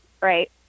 Right